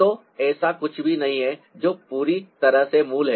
तो ऐसा कुछ भी नहीं है जो पूरी तरह से मूल है